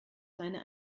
seine